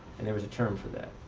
and there was a term for that.